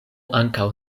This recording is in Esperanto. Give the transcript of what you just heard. ankaŭ